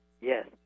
Yes